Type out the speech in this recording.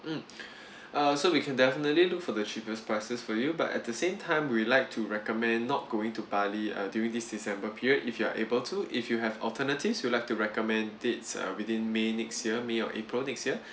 mm uh so we can definitely look for the cheapest prices for you but at the same time we'd like to recommend not going to bali uh during this december period if you are able to if you have alternatives we'll like to recommend dates uh within may next year may or april next year